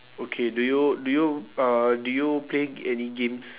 okay do you do you uh do you play g~ any games